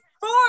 Four